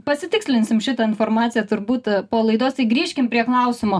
pasitikslinsim šitą informaciją turbūt po laidos tai grįžkim prie klausimo